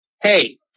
hey